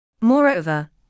Moreover